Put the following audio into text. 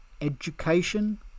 education